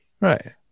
right